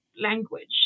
language